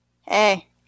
Hey